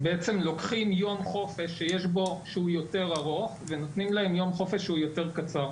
לוקחים יום חופש שהוא יותר ארוך ונותנים להם יום חופש שהוא יותר קצר.